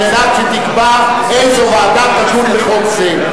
שתקבע איזו ועדה תדון בחוק זה.